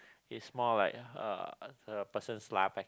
is more like uh the person's life